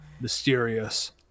mysterious